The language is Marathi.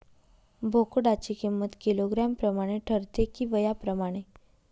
बोकडाची किंमत किलोग्रॅम प्रमाणे ठरते कि वयाप्रमाणे?